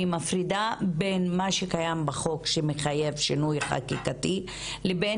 אני מפרידה בין מה שקיים בחוק שמחייב שינוי חקיקתי לבין